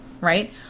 right